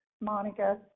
Monica